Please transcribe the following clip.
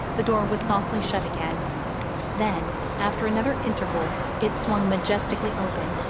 the door was softly shut again then after another interval it swung majestically open,